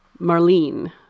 Marlene